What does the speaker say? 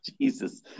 Jesus